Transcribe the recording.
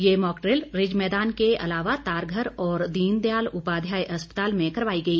ये mock drill Ridge मैदान के अलावा तारघर और दीनदयाल उपाध्याय अस्पताल में करवाई गई